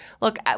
look